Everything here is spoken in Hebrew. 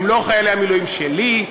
הם לא חיילי המילואים שלי,